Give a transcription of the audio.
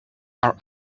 our